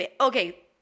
Okay